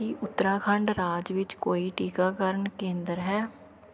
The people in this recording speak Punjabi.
ਕੀ ਉਤਰਾਖੰਡ ਰਾਜ ਵਿੱਚ ਕੋਈ ਟੀਕਾਕਰਨ ਕੇਂਦਰ ਹੈ